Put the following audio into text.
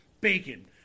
Bacon